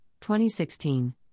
2016